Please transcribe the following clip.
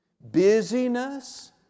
Busyness